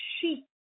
sheep